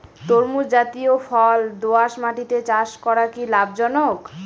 তরমুজ জাতিয় ফল দোঁয়াশ মাটিতে চাষ করা কি লাভজনক?